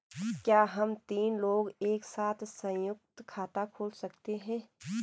क्या हम तीन लोग एक साथ सयुंक्त खाता खोल सकते हैं?